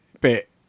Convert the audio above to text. bit